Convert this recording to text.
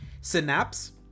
Synapse